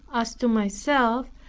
as to myself,